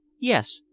yes,